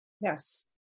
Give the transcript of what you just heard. Yes